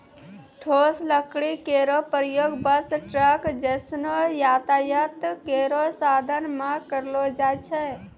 ठोस लकड़ी केरो प्रयोग बस, ट्रक जैसनो यातायात केरो साधन म करलो जाय छै